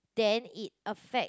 then it affect